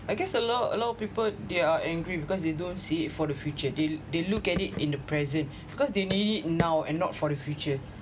I guess a lot a lot of people they're angry because they don't see it for the future they they look at it in the present because they need it now and not for the future